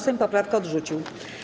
Sejm poprawkę odrzucił.